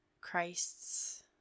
Christ's